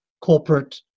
corporate